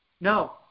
No